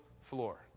floor